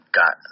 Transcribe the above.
got